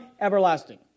everlasting